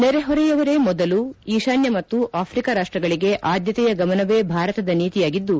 ನೆರೆಹೊರೆಯವರೇ ಮೊದಲು ಈಶಾನ್ಯ ಮತ್ತು ಆಫ್ರಿಕಾ ರಾಷ್ಷಗಳಿಗೆ ಆದ್ಯತೆಯ ಗಮನವೇ ಭಾರತದ ನೀತಿಯಾಗಿದ್ದು